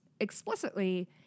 explicitly